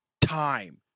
time